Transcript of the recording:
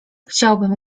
chciałbym